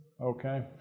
Okay